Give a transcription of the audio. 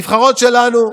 הנבחרות שלנו,